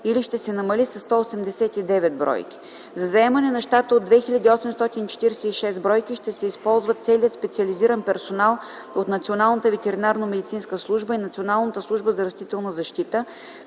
или ще се намали със 189 бройки. За заемане на щата от 2846 бройки ще се използва целият специализиран персонал от Националната ветеринарномедицинска служба и Националната служба за растителна защита,